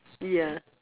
yeah